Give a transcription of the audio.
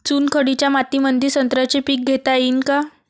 चुनखडीच्या मातीमंदी संत्र्याचे पीक घेता येईन का?